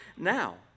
now